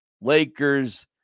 Lakers